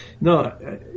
no